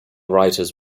writers